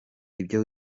ibyo